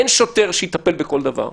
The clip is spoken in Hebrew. אין שוטר שיטפל בכל דבר,